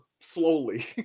slowly